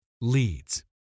Leads